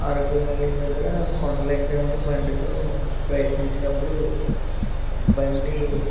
Araku valley దగ్గర కొండలు ఎక్కుదాం అని బండితో ప్రయత్నించినప్పుడు బండి